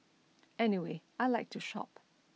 anyway I like to shop